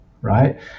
right